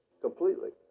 completely